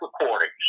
recordings